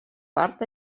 part